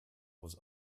was